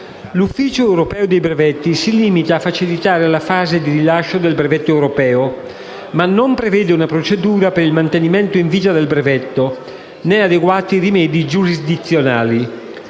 L'Ufficio europeo brevetti si limita a facilitare la fase di rilascio del brevetto europeo, ma non prevede una procedura per il mantenimento in vita del brevetto, né adeguati rimedi giurisdizionali.